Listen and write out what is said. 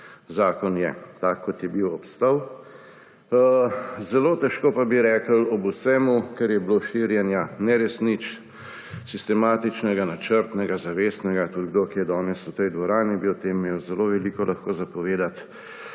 zakon je tak, kot je bil, obstal. Zelo težko pa bi rekli ob vsem, kar je bilo širjenja neresnic, sistematičnega, načrtnega, zavestnega, tudi kdo, ki je danes v tej dvorani, bi o tem imel zelo veliko povedati,